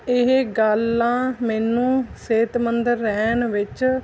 ਇਹ ਗੱਲਾਂ ਮੈਨੂੰ ਸਿਹਤਮੰਦ ਰਹਿਣ ਵਿੱਚ